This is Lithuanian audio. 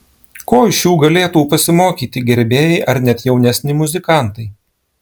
ko iš jų galėtų pasimokyti gerbėjai ar net jaunesni muzikantai